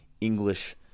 English